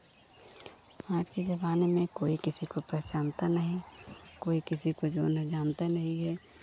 आज के ज़माने में कोई किसी को पहचानता नहीं कोई किसी को जो ना जानते नहीं है